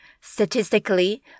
Statistically